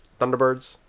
Thunderbirds